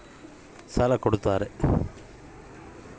ನಿಮ್ಮ ಬ್ಯಾಂಕಿನಿಂದ ಸಾಲ ಕೊಡ್ತೇರಾ?